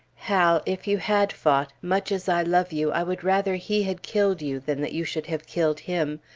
hal, if you had fought, much as i love you, i would rather he had killed you than that you should have killed him.